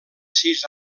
sis